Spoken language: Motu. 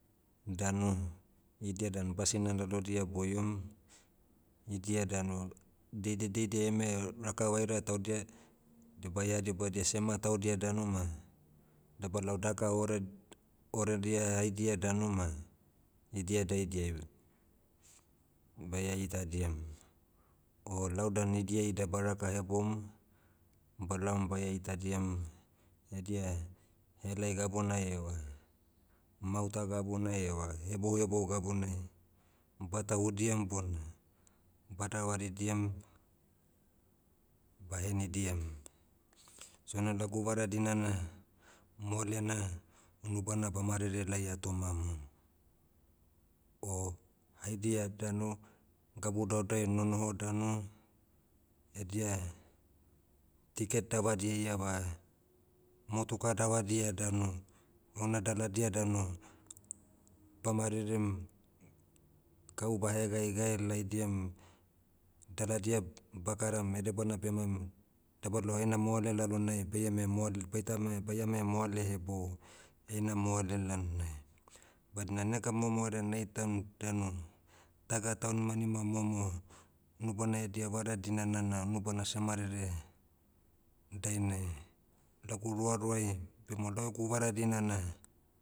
Danu, idia dan basina lalodia boiom. Idia danu, daidia daidia eme raka vaira taudia, idia baia dibadia sema taudia danu ma, dabalao daka ore- oredia haidia danu ma idia daidiai, baia itadiam, o lau dan idia ida ba raka heboum, balaom baia itadiam, edia, helai gabuna eva, mauta gabuna eva hebou hebou gabunai, batahudiam bona, badavaridiam, bahenidiam. So na lagu vara dinana, moalena, unubana ba marere laia tomamu. O, haidia danu, gabu daudauai nonoho danu, edia, ticket davadia iava, motuka davadia danu, ouna daladia danu, ba marerem, gau bahegaegae laidiam, daladia bakaram edebana bemaim, daba lao heina moale lalonai baiame moal- baitame- baiame moale hebou, heina moale lalnai. Badna nega momo herea naitam danu, daga taunimanima momo, unubana edia vara dinana na unubana seh marere, dainai, lagu roaroai, bema lau egu vara dinana